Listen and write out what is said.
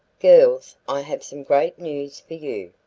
girls, i have some great news for you.